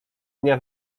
dnia